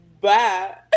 Bye